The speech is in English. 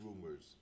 rumors